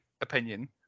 opinion